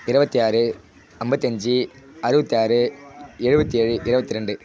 இருபத்தி ஆறு ஐம்பத்தஞ்சி அறுபத்தாறு எழுபத்தி ஏழு இருபத்தி ரெண்டு